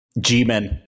G-men